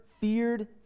feared